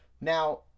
Now